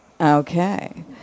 Okay